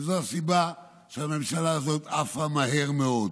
וזו הסיבה שהממשלה הזאת עפה מהר מאוד.